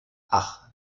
ach